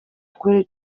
kuri